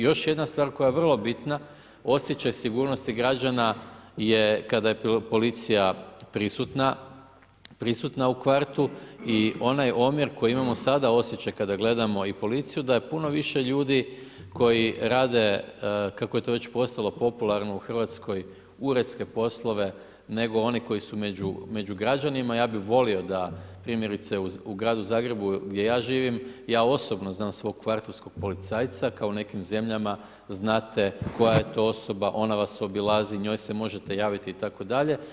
Još jedna stvar, koja je vrlo bitno, osjećaj sigurnosti građana je kada je policija prisutna u kvartu i onaj omjer koji ima sada osjećaj kada gledamo policiju, da je puno više ljudi koji rade, kako je to već postalo popularno u Hrvatskoj, uredske poslove, nego ni koji su među građanima, ja bi volio da primjerice u Gradu Zagrebu, gdje ja živim ja osobno znam svog kvartovskog policajca, znate koja je to osoba, ona vas obilazi, njoj se možete javiti, itd.